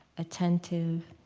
attentive,